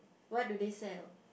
what do they sell